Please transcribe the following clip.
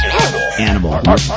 Animal